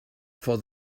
for